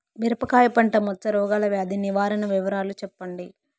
మిరపకాయ పంట మచ్చ రోగాల వ్యాధి నివారణ వివరాలు చెప్పండి?